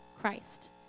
Christ